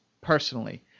personally